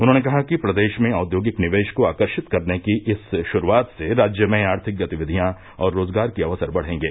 उन्होंने कहा कि प्रदेश में औद्योगिक निवेश को आकर्षित करने की इस शुरूआत से राज्य में आर्थिक गतिविधियां और रोज़गार के अवसर बढ़ेंगे